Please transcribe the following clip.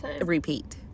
Repeat